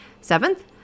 Seventh